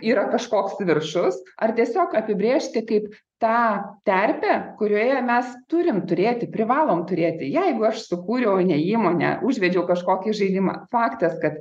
yra kažkoks viršus ar tiesiog apibrėžti kaip tą terpę kurioje mes turim turėti privalom turėti jeigu aš sukūriau ar ne įmonę užvedžiau kažkokį žaidimą faktas kad